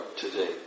today